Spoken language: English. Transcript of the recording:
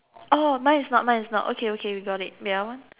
oh mine is not mine is not okay okay we got it wait ah one